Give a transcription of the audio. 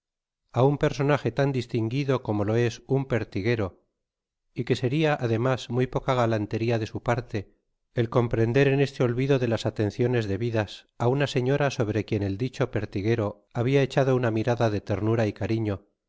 á un personaje tan distinguido como lo es un pertiguero y que seria además muy poca galanteria de su parte el comprender en este olvido de las atenciones debidas á una señora sobre quien el dicho pertiguero habia echado una mirada do ternura y cariño y á